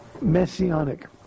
messianic